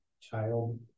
child